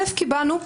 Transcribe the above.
אל"ף, באנו.